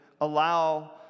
allow